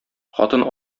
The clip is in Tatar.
хатын